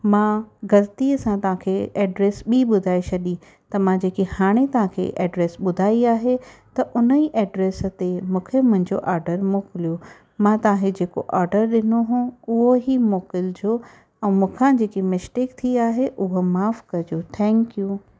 मां ग़लतीअ सां तव्हांखे एड्रेस बि ॿुधाए छॾी त मां जेके हाणे तव्हांखे एड्रेस ॿुधाई आहे त उनजी एड्रेस ते मूंखे मुंहिंजो ऑडर मोकिलियो मां तव्हांखे जेको ऑडर ॾिनो हुओ उहो ई मोकिलिजो ऐं मूंखां जेकी मिस्टेक थी आहे उहो माफ़ु कॼो थैंक यू